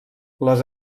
les